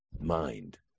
mind